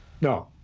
No